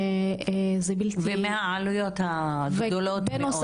זה בלתי --- ומהעלויות הגדולות מאוד.